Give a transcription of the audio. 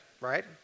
right